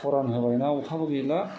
खरान होबायना अखाबो गैला